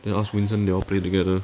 then ask ming zhen they all play together